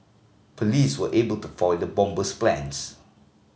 police were able to foil the bomber's plans